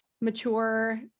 mature